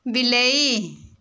ବିଲେଇ